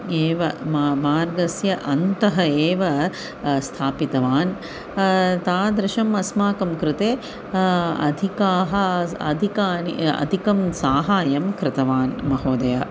एव मा मा मार्गस्य अन्तः एव स्थापितवान् तादृशम् अस्माकं कृते अधिकाः स् अधिकम् अधिकं साहायं कृतवान् महोदयः